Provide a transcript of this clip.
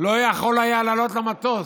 לא יכול היה לעלות למטוס.